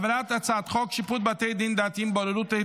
העברה של הצעת חוק שיפוט בתי דין דתיים (בוררות),